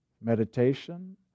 Meditation